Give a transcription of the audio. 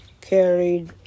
carried